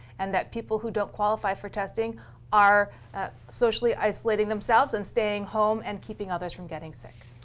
and that people who don't qualify for testing are ah socially isolating themselves and staying home and keeping others from getting sick.